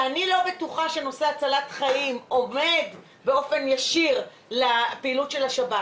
אני לא בטוחה שנושא הצלת חיים עומד באופן ישיר לפעילות של השב"כ.